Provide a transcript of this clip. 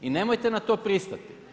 I nemojte na to pristati.